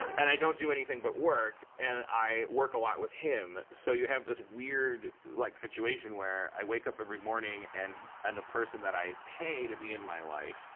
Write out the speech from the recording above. and i don't do anything but work. and i work a lot with him. so you have this weird, like, situation where i wake up every morning, and and the person that i pay to be in my life